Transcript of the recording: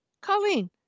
Colleen